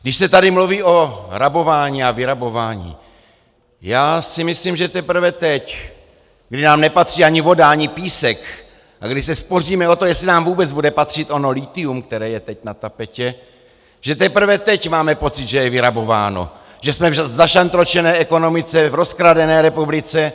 Když se tady mluví o rabování a vyrabování, já si myslím, že teprve teď, kdy nám nepatří ani voda, ani písek a kdy se spoříme o to, jestli nám vůbec bude patřit ono lithium, které je teď na tapetě, že teprve teď máme pocit, že je vyrabováno, že jsme v zašantročené ekonomice, rozkradené republice.